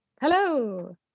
Hello